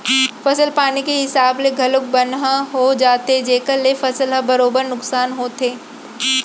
फसल पानी के हिसाब ले घलौक बन ह हो जाथे जेकर ले फसल ह बरोबर नुकसान होथे